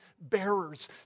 bearers